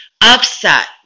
upset